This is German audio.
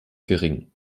gering